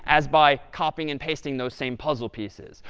as by copying and pasting those same puzzle pieces.